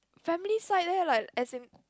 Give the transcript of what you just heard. family side there like as in